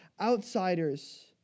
outsiders